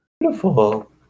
Beautiful